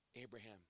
Abraham